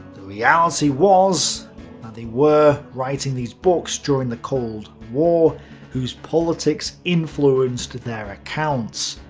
the reality was that they were writing these books during the cold war whose politics influenced their accounts.